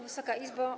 Wysoka Izbo!